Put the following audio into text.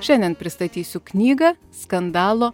šiandien pristatysiu knygą skandalo